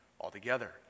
altogether